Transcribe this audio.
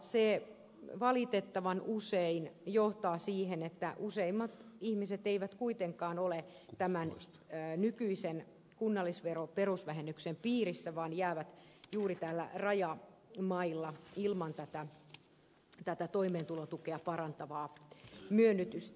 tämä valitettavan usein johtaa siihen että useimmat ihmiset eivät kuitenkaan ole nykyisen kunnallisveron perusvähennyksen piirissä vaan jäävät juuri niillä rajoilla ilman tätä toimeentulotukea parantavaa myönnytystä